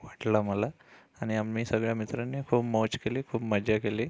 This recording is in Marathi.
वाटला मला आणि आम्ही सगळ्या मित्रांनी खूप मौज केली खूप मजा केली